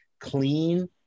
clean